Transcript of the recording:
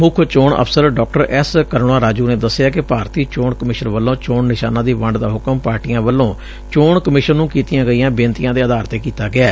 ਮੁੱਖ ਚੋਣ ਅਫ਼ਸਰ ਡਾ ਐਸ ਕਰੁਣਾ ਰਾਜੂ ਨੇ ਦੱਸਿਐ ਕਿ ਭਾਰਤੀ ਚੋਣ ਕਮਿਸ਼ਨ ਵੱਲੋਂ ਚੋਣ ਨਿਸ਼ਾਨਾਂ ਦੀ ਵੰਡ ਦਾ ਹੁਕਮ ਪਾਰਟੀਆ ਵੱਲੋਂ ਚੋਣ ਕਮਿਸ਼ਨ ਨੂੰ ਕੀਤੀਆਂ ਗਈਆਂ ਬੇਨਤੀਆਂ ਦੇ ਅਧਾਰ ਤੇ ਕੀਤਾ ਗਿਐ